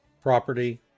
property